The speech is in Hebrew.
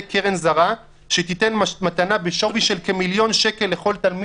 קרן זרה שתיתן מתנה בשווי של כמיליון שקל לכל תלמיד,